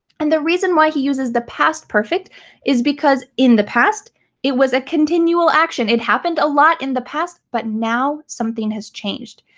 and the reason why he uses the past perfect is because in the past it was a continual action. it happened a lot in the past, but now something has changed.